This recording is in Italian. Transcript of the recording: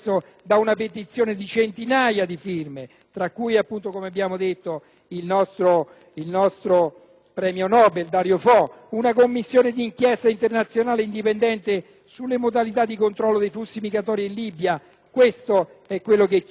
premio Nobel Dario Fo, cioè una commissione d'inchiesta internazionale indipendente sulle modalità di controllo dei flussi migratori in Libia. Questa è la richiesta che centinaia di intellettuali hanno firmato.